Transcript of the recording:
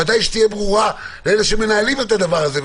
ודאי שתהיה ברורה לאלה שמנהלים את הדבר הזה,